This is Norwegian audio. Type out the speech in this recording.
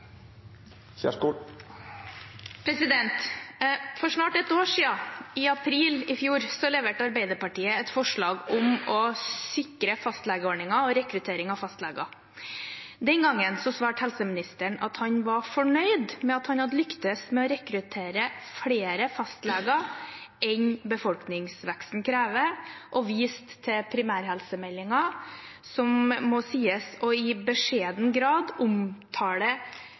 replikkordskifte. For snart et år siden, i april i fjor, leverte Arbeiderpartiet et forslag om å sikre fastlegeordningen og rekruttering av fastleger. Den gangen svarte helseministeren at han var fornøyd med at han hadde lyktes med «å rekruttere flere fastleger enn det befolkningsveksten krever», og viste til primærhelsemeldingen, som i beskjeden grad må sies å omtale